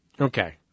Okay